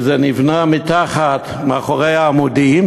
שנבנתה מתחת ומאחורי העמודים,